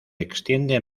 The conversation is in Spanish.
extiende